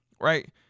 right